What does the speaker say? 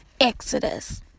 exodus